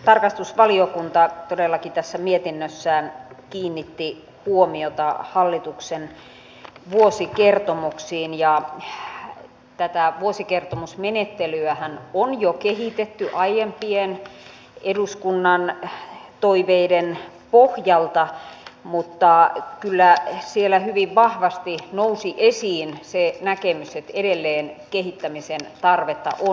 tarkastusvaliokunta todellakin tässä mietinnössään kiinnitti huomiota hallituksen vuosikertomuksiin ja tätä vuosikertomusmenettelyähän on jo kehitetty aiempien eduskunnan toiveiden pohjalta mutta kyllä siellä hyvin vahvasti nousi esiin se näkemys että edelleen kehittämisen tarvetta on nimenomaan luettavuuden suhteen